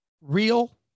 real